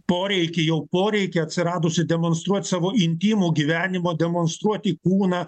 poreikį jau poreikį atsiradusį demonstruot savo intymų gyvenimą demonstruoti kūną